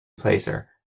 placer